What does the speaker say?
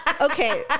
okay